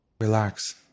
Relax